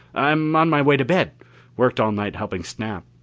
i'm on my way to bed worked all night helping snap.